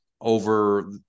over